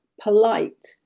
polite